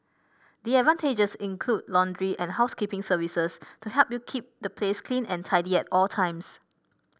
the advantages include laundry and housekeeping services to help you keep the place clean and tidy at all times